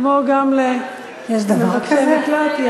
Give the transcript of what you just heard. כמו גם למבקשי מקלט,